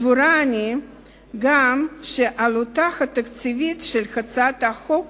סבורה אני גם שעלותה התקציבית של הצעת החוק